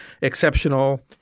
exceptional –